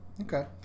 okay